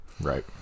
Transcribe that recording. Right